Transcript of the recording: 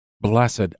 blessed